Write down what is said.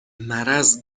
مرض